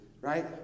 right